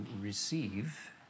receive